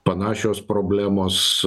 panašios problemos